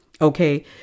okay